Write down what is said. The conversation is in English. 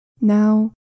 Now